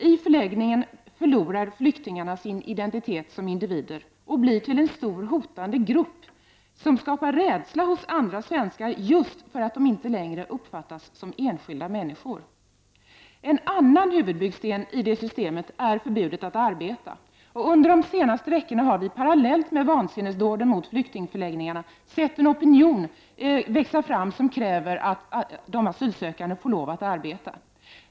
I förläggningen förlorar flyktingar sin identitet som individer och blir till en stor och hotande grupp som skapar rädsla hos svenskar, just därför att de inte uppfattas som enskilda människor. En annan huvudbyggsten i det systemet är förbudet att arbeta. Under de senaste veckorna har vi parallellt med vansinnesdåden mot flyktingförläggningarna sett en opinion växa fram som kräver att asylsökande får lov att arbeta.